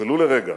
ולו לרגע,